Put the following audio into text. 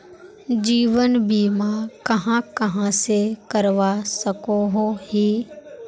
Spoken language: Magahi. जीवन बीमा कहाँ कहाँ से करवा सकोहो ही?